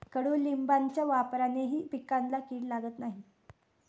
कडुलिंबाच्या वापरानेही पिकांना कीड लागत नाही